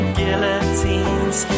guillotines